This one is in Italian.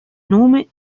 nome